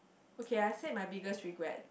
okay I said my biggest regret